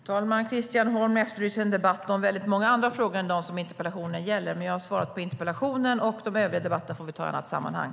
Herr talman! Christian Holm efterlyser en debatt om många andra frågor än dem som interpellationen gäller. Jag har svarat på interpellationen. De övriga debatterna får vi ta i annat sammanhang.